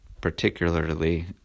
particularly